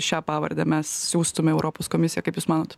šią pavardę mes siųstume į europos komisiją kaip jūs manot